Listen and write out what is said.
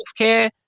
Healthcare